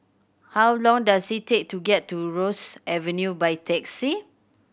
how long does it take to get to Rosyth Avenue by taxi